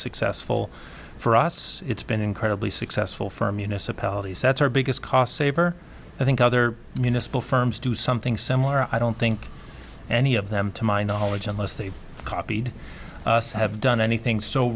successful for us it's been incredibly successful for municipalities that's our biggest cost saver i think other municipal firms do something similar i don't think any of them to my knowledge unless they've copied us have done anything so